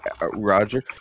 Roger